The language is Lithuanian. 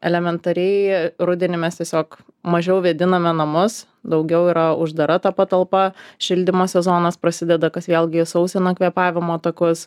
elementariai rudenį mes tiesiog mažiau vėdiname namus daugiau yra uždara ta patalpa šildymo sezonas prasideda kas vėlgi sausina kvėpavimo takus